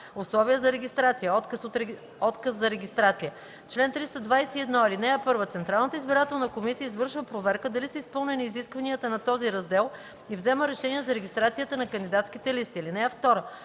„Условия за регистрация. Отказ за регистрация Чл. 321. (1) Централната избирателна комисия извършва проверка дали са изпълнени изискванията на този раздел и взема решение за регистрацията на кандидатските листи.